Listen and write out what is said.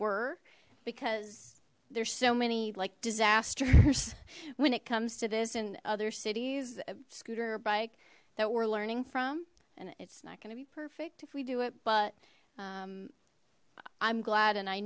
were because there's so many like disasters when it comes to this in other cities a scooter or bike that we're learning from and it's not gonna be perfect if we do it but i'm glad and i